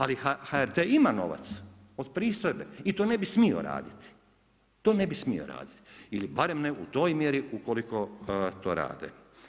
Ali HRT ima novac od pristojbe i to ne bi smio raditi, to ne bi smio raditi ili barem ne u toj mjeri ukoliko to rade.